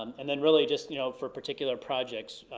um and then really, just you know for particular projects,